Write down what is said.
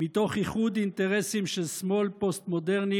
מתוך איחוד אינטרסים של שמאל פוסט-מודרני